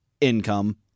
income